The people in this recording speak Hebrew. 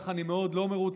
כך אני מאוד לא מרוצה